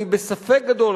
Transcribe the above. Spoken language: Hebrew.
אני בספק גדול,